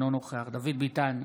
אינו נוכח דוד ביטן,